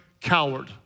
Coward